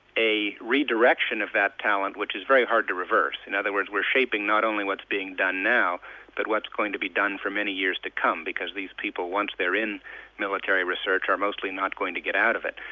a redirection of that talent which is very hard to reverse. in other words, we're shaping not only what's being done now but what's going to be done for many years to come because these people, once they're in military research, are mostly not going to get out of it.